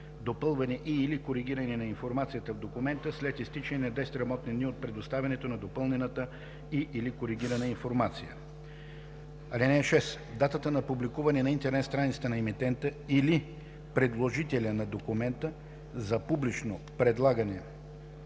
допълване и/или коригиране на информацията в документа – след изтичане на 10 работни дни от представянето на допълнената и/или коригирана информация. (6) Датата на публикуване на интернет страницата на емитента или предложителя на документа за публично предлагане